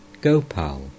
Gopal